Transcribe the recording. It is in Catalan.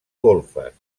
golfes